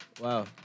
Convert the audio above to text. Wow